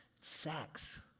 sex